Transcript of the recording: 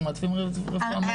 אנחנו מעדיפים רפואה מערבית.